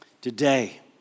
today